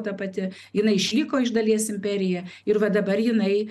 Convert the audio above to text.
ta pati jinai išliko iš dalies imperija ir va dabar jinai